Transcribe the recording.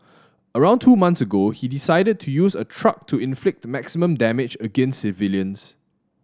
around two months ago he decided to use a truck to inflict maximum damage against civilians